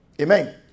Amen